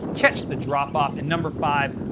catch the drop-off. and number five,